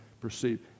perceived